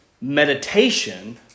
meditation